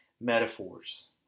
metaphors